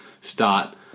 start